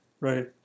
right